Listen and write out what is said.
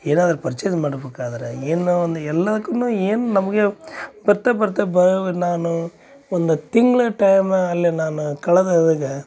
ಏನಾದರೂ ಪರ್ಚೇಸ್ ಮಾಡ್ಬೇಕಾದ್ರೆ ಏನೋ ಒಂದು ಎಲ್ಲದಕ್ಕೂನು ಏನು ನಮಗೆ ಬರ್ತ ಬರ್ತ ಬ ನಾನು ಒಂದು ತಿಂಗ್ಳ ಟೈಮಲ್ಲೆ ನಾನು ಕಳ್ದು ಹೋದಾಗ